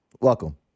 Welcome